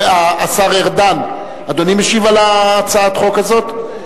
השר ארדן, אדוני משיב על הצעת החוק הזאת?